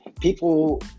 People